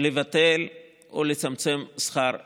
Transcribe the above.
אין שום סיבה לבטל או לצמצם שכר לימוד.